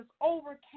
overcame